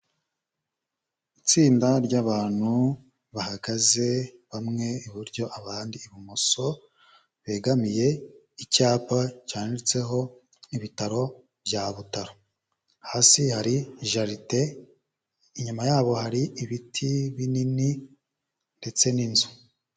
Itsinda ry'abantu bahagaze bamwe iburyo abandi ibumoso, begamiye icyapa cyanditseho ibitaro bya Butaro, hasi hari jaride, inyuma yabo hari ibiti binini ndetse n'inzu.